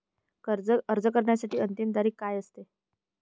अर्ज करण्याची अंतिम तारीख काय असते?